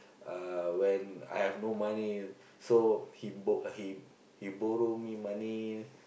uh when I have no money so he book he he borrow me money